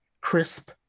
Crisp